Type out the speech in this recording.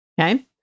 okay